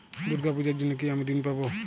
দুর্গা পুজোর জন্য কি আমি ঋণ পাবো?